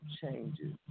changes